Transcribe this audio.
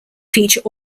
feature